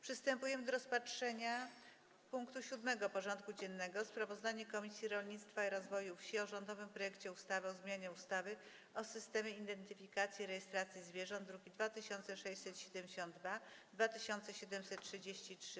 Przystępujemy do rozpatrzenia punktu 7. porządku dziennego: Sprawozdanie Komisji Rolnictwa i Rozwoju Wsi o rządowym projekcie ustawy o zmianie ustawy o systemie identyfikacji i rejestracji zwierząt (druki nr 2672 i 2733)